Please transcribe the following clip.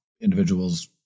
individuals